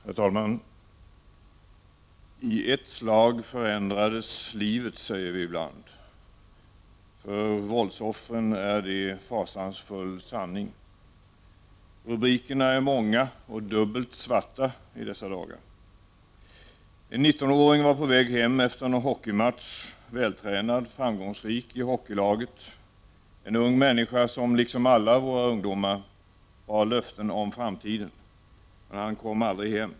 Herr talman! I ett slag förändrades livet, säger vi ibland. För våldsoffren är det en fasansfull sanning. Rubrikerna i dessa dagar är många och dubbelt svarta. En nittonåring var på väg hem efter en hockeymatch. Han var vältränad och framgångsrik i hockeylaget. Han var en ung människa som — liksom alla våra ungdomar — bar löfte om framtiden. Men han kom aldrig hem.